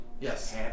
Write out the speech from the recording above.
Yes